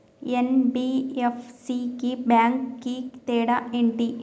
NBFC కి bank కి తేడా ఏంటి?